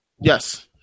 Yes